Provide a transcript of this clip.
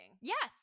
Yes